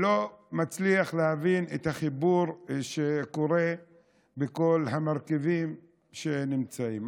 אני לא מצליח להבין את החיבור שקורה בין כל המרכיבים שנמצאים.